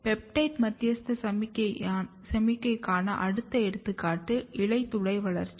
peptide மத்தியஸ்த சமிக்ஞைக்கான அடுத்த எடுத்துக்காட்டு இலைத்துளை வளர்ச்சி